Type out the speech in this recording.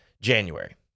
January